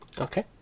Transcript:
Okay